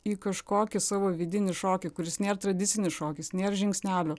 į kažkokį savo vidinį šokį kuris nėra tradicinis šokis nėra žingsnelių